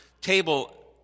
table